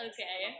Okay